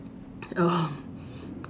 um